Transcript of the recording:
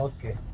Okay